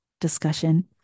discussion